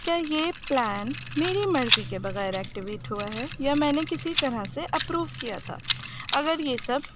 کیا یہ پلان میری مرضی کے بغیر ایکٹیویٹ ہوا ہے یا میں نے کسی طرح سے اپروو کیا تھا اگر یہ سب